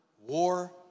war